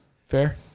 Fair